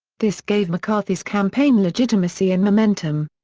this gave mccarthy's campaign legitimacy and momentum.